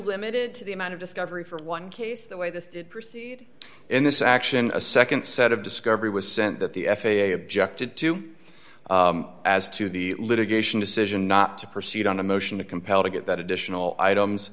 limited to the amount of discovery for one case the way this did proceed in this action a nd set of discovery was sent that the f a a objected to as to the litigation decision not to proceed on a motion to compel to get that additional